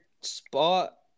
spot